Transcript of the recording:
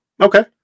Okay